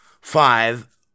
five